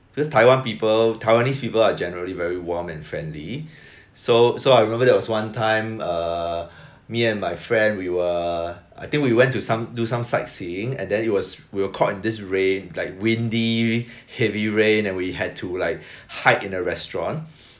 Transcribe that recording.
because taiwan people taiwanese people are generally very warm and friendly so so I remember there was one time err me and my friend we were I think we went to some do some sightseeing and then it was we were caught this rain like windy heavy rain and we had to like hide in a restaurant